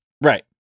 Right